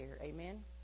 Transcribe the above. amen